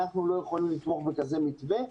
אנחנו לא יכולים לתמוך בכזה מתווה.